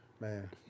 man